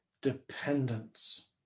dependence